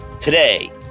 Today